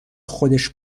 خودش